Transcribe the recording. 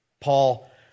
Paul